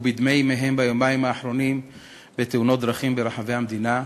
בדמי ימיהם ביומיים האחרונים בתאונות דרכים ברחבי המדינה,